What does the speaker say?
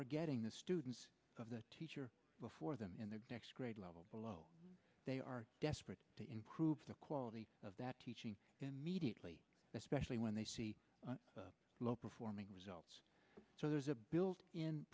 are getting the students of the teacher before them in their grade level below they are desperate to improve the quality of that teaching immediately especially when they see low performing results so there's a built in